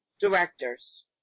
directors